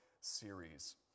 series